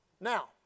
Now